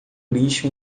lixo